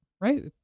Right